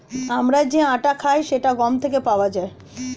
আমরা যে আটা খাই সেটা গম থেকে পাওয়া যায়